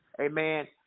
amen